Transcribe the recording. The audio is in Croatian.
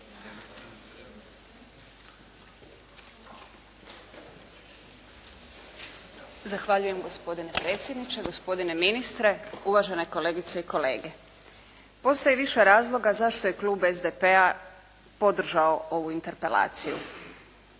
Zahvaljujem gospodine predsjedniče, gospodine ministre, uvažene kolegice i kolege. Postoji više razloga zašto je klub SDP-a podržao ovu interpelaciju.